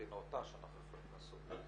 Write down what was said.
הכי נאותה שאנחנו יכולים לעשות.